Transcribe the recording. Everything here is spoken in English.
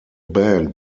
band